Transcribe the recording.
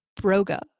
Broga